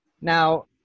Now